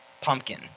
pumpkin